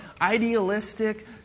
idealistic